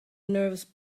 nervous